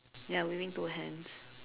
ya waving two hands